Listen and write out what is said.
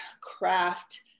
craft